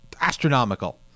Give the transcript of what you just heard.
astronomical